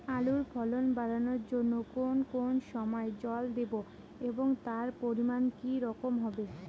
আলুর ফলন বাড়ানোর জন্য কোন কোন সময় জল দেব এবং তার পরিমান কি রকম হবে?